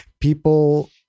people